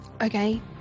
Okay